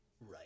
right